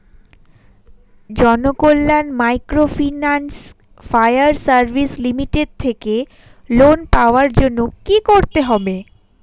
Janakalyan microfinance fire service limited থেকে loan পাওয়ার জন্য কি করতে হবে?